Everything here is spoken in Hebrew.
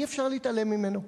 אי-אפשר להתעלם ממנו,